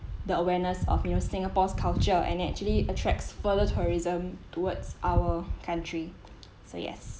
the awareness of you know singapore's culture and actually attracts further tourism towards our country so yes